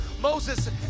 moses